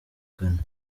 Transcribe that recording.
ghana